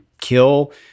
kill